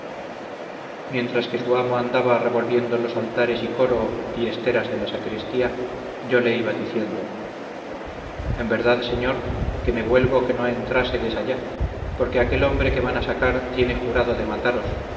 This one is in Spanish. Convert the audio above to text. mientras que su amo andaba revolviendo los altares y coro y esteras de la sacristía yo le iba diciendo en verdad señor que me huelgo que no entrásedes allá porque aquel hombre que van a sacar tiene jurado de mataros